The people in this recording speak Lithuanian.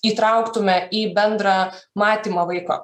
įtrauktume į bendrą matymą vaiko